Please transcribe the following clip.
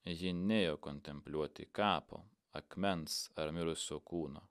ji nėjo kontempliuoti kapo akmens ar mirusio kūno